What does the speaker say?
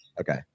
okay